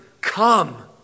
come